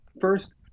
first